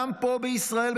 גם פה בישראל,